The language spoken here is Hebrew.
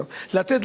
לתת,